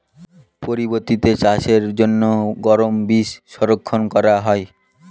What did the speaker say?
পরবর্তিতে চাষের জন্য গম বীজ সংরক্ষন করা হয়?